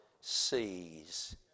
sees